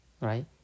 right